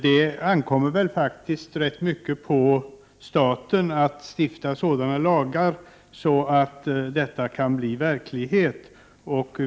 Det ankommer rätt mycket på staten att stifta sådana lagar att detta kan bli verklighet.